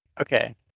okay